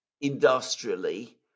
industrially